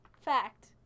Fact